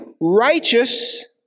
righteous